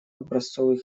образцовый